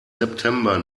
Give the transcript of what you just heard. september